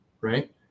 Right